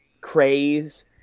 craze